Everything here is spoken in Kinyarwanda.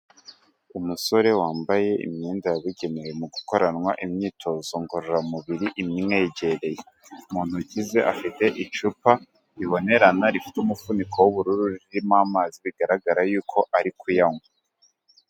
Umusore wambaye imyenda yabugenewe mu gukoranwa imyitozo ngororamubiri imwegereye, mu ntoki ze afite icupa ribonerana rifite umuvuniko w'ubururu ririmo amazi bigaragara yuko ari kuyanywa.